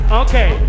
okay